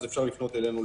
אז אפשר לפנות אלינו,